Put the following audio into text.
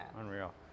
Unreal